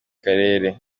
karere